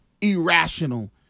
irrational